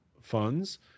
funds